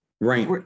Right